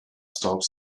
stops